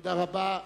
תודה רבה.